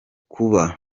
kuba